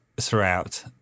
throughout